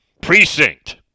Precinct